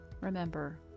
Remember